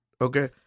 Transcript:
okay